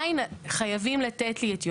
בוועדת השגות עדיין חייבים לתת לי את יומי.